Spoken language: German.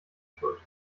schuld